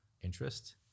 interest